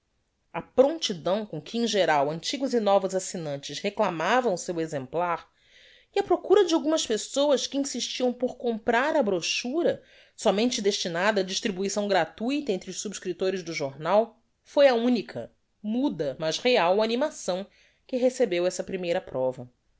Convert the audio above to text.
a promptidão com que em geral antigos e novos assignantes reclamavam seu exemplar e a procura de algumas pessoas que insistiam por comprar a brochura somente destinada á distribuição gratuita entre os subscriptores do jornal foi a unica muda mas real animação que recebeu essa primeira prova